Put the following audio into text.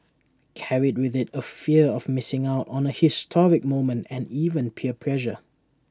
carried with IT A fear of missing out on A historic moment and even peer pressure